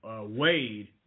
Wade